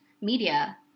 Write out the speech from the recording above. media